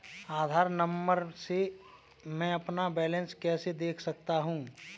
आधार number से मैं अपना बैलेंस कैसे देख सकता हूँ?